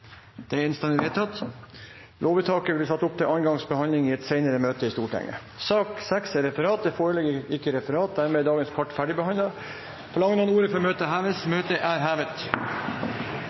Det voteres over lovens overskrift og loven i sin helhet. Lovvedtaket vil bli satt opp til annen gangs behandling i et senere møte i Stortinget. Det foreligger ikke noe referat. Dermed er dagens kart ferdigbehandlet. Forlanger noen ordet før møtet heves? – Møtet er hevet.